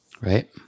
right